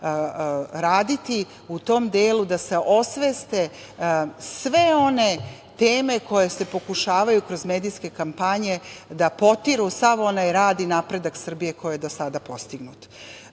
raditi u tom delu da se osveste sve one teme koje se pokušavaju kroz medijske kampanje da potiru sav onaj rad i napredak Srbije koji je do sada postignut.U